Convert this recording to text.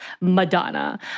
Madonna